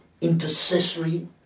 intercessory